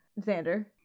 xander